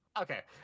Okay